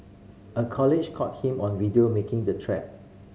a colleague caught him on video making the threat